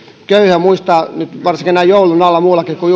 köyhiä muistaa nyt varsinkin näin joulun alla muillakin kuin